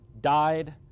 died